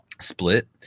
split